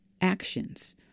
actions